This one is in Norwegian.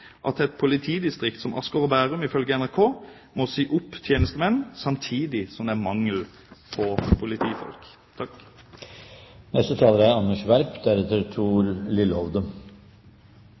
at et politidistrikt som Asker og Bærum, ifølge NRK, må si opp tjenestemenn, samtidig som det er mangel på politi? Vi er